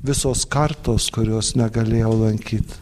visos kartos kurios negalėjo lankyt